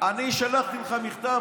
אני שלחתי לך מכתב,